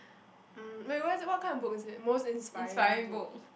mm wait what's it what kind of book is it most inspiring book